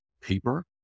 paper